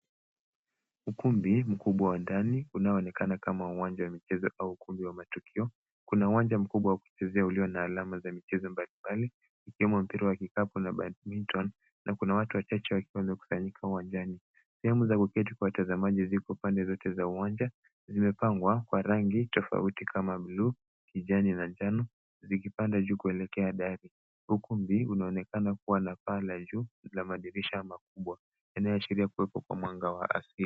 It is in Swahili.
Ukumbi mkubwa wa ndani unaoonekana kama uwanja wa michezo au ukumbi wa matukio. Kuna uwanja mkubwa wa kuchezea ulio na alama za michezo mbalimbali ikiwemo mpira wa vikapu na bandminton na kuna watu wachache wakiwa wamekusanyika uwanjani. Sehemu za kuketi kwa watazamaji ziko pande zote za uwanja zimepangwa kwa rangi tofauti kama buluu, kijani na njano zikipanda juu kuelekea dari. Ukumbi unaonekana kuwa na paa la juu na madirisha makubwa yanayoashiria kuwepo kwa mwanga wa asili.